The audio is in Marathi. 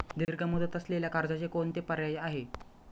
दीर्घ मुदत असलेल्या कर्जाचे कोणते पर्याय आहे?